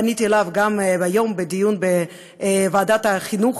גם פניתי אליו היום בדיון בוועדת החינוך